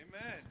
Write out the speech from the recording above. Amen